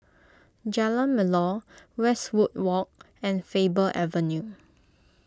Jalan Melor Westwood Walk and Faber Avenue